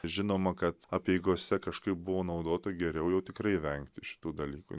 žinoma kad apeigose kažkaip buvo naudota geriau jau tikrai vengti šitų dalykų